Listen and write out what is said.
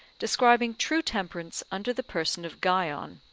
describing true temperance under the person of guion,